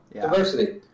Diversity